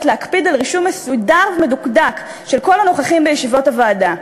להקפיד על רישום מסודר ומדוקדק של כל הנוכחים בישיבות הוועדה.